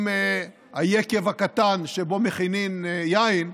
עם היקב הקטן שבו מכינים יין,